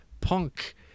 Punk